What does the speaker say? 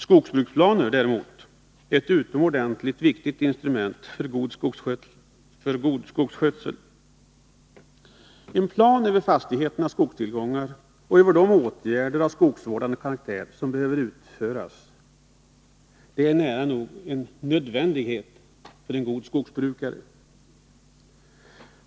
Skogsbruksplaner är i och för sig ett utomordentligt viktigt instrument för en god skogsskötsel. En plan över fastighetens skogstillgångar och över de åtgärder av skogsvårdande karaktär som behöver göras är nära nog en nödvändighet för en skogsbrukare.